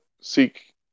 seek